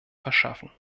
verschaffen